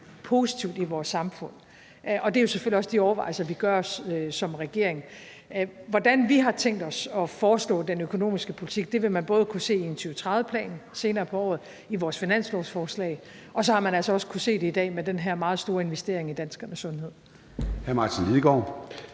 positivt i vores samfund. Og det er selvfølgelig også de overvejelser, vi gør os som regering. Hvordan vi har tænkt os at foreslå den økonomiske politik, vil man både kunne se i en 2030-plan senere på året og i vores finanslovsforslag, og så har man altså også kunnet se det i dag med den her meget store investering i danskernes sundhed.